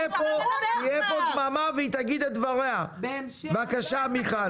יהיה פה דממה והיא תגיד את דבריה בבקשה מיכל,